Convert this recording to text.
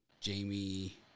Jamie –